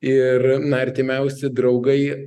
ir artimiausi draugai